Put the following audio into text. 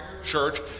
church